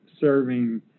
serving